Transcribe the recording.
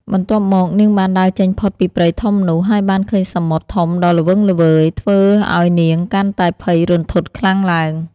បន្ទាប់មក នាងបានដើរចេញផុតពីព្រៃធំនោះ ហើយបានឃើញសមុទ្រ ធំដ៏ល្វឹងល្វើយ ធ្វើឱ្យនាងកាន់តែភ័យរន្ធត់ខ្លាំងឡើង ។